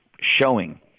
showing